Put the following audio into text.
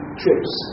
trips